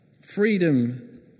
freedom